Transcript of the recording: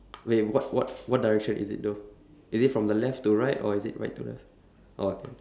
wait what what what direction is it though is it from the left to right or is it right to left oh